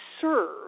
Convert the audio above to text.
serve